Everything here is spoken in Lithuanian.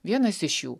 vienas iš jų